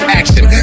action